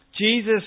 Jesus